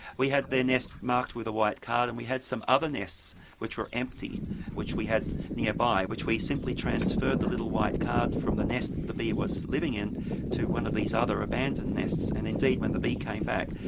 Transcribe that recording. we had their nest marked with a white card and we had some other nests which were empty which we had nearby which we simply transferred the little white card from the nest the bee was living in to one of these other abandoned nests and, indeed, when the bee came back,